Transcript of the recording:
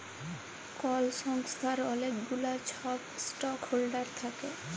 call সংস্থার অলেক গুলা ছব ইস্টক হল্ডার থ্যাকে